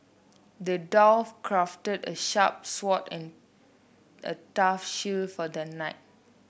the dwarf crafted a sharp sword and a tough shield for the knight